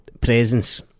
presence